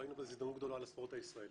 ראינו בזה הזדמנות גדולה לספורט הישראלי.